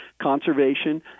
conservation